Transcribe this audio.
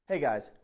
hey guys,